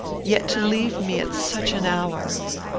yet to leave me at such an hour!